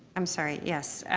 i'm sorry, yes.